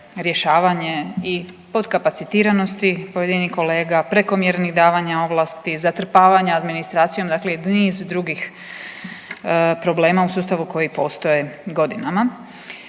rješavanje i podkapacitiranosti pojedinih kolega, prekomjernih davanja ovlasti, zatrpavanja administracijom i niz drugih problema u sustavu koje postoje godinama.